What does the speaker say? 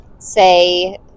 say